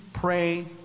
pray